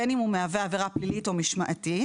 בין אם הוא מהווה עבירה פלילית או משמעתית,